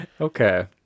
Okay